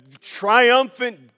triumphant